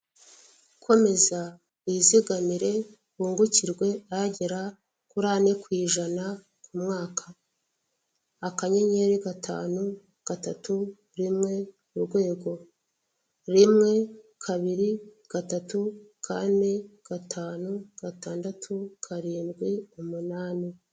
Komeza wizigamire wungukirwe agera kuri ane ku ijana ku mwaka. Akanyenyeri gatanu gatatu rimwe urwego, rimwe kabiri gatatu kane gatanu gatandatu karindwi umunani.